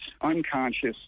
unconscious